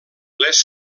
les